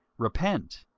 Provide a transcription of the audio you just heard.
repent,